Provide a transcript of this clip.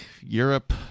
Europe